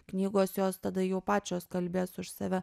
knygos jos tada jau pačios kalbės už save